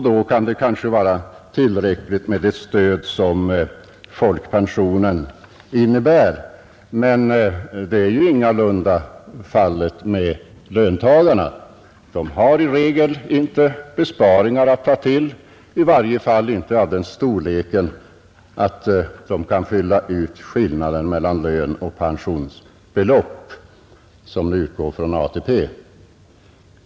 Då kan det kanske vara tillräckligt med det stöd som folkpensionen innebär. Det är ju ingalunda fallet med löntagarna — de har i regel inte besparingar att ta till, åtminstone inte av den storleken att de kan fylla ut skillnaden mellan lön och pensionsbelopp som utgår från ATP.